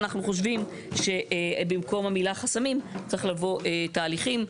אנחנו חושבים שבמקום המילה "חסמים" צריך לבוא "תהליכים".